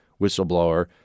whistleblower